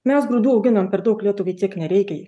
mes grūdų auginam per daug lietuvai tiek nereikia jų